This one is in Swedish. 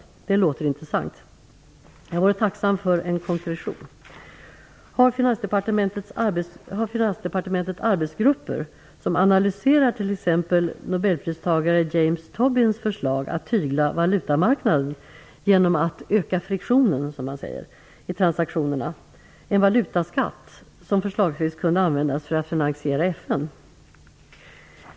Det låter intressant. Jag vore tacksam för en konkretion. Har Finansdepartementet arbetsgrupper som analyserar t.ex. nobelpristagaren James Tobins förslag att tygla valutamarknaden genom att "öka friktionen" i transaktionerna - en valutaskatt, som förslagsvis kunde användas för att finansiera FN?